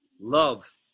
Love